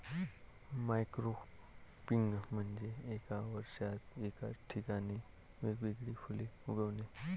monocropping म्हणजे एका वर्षात एकाच ठिकाणी वेगवेगळी फुले उगवणे